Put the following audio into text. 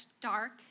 dark